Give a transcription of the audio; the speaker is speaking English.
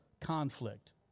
conflict